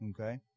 okay